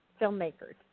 filmmaker's